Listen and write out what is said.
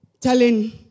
Telling